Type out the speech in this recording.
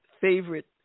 favorite